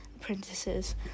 Apprentices